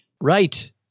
Right